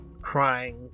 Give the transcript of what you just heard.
crying